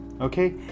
okay